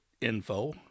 info